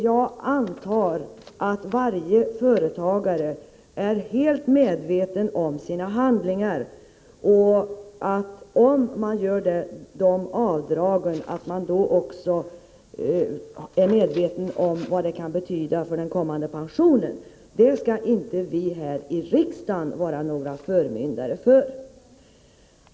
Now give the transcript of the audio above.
Jag antar att varje företagare är helt medveten om sina handlingar och att man, om man gör dessa avdrag, också är medveten om vad det kan betyda för den kommande pensionen. Därvidlag skall inte vi här i riksdagen vara några förmyndare.